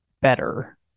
better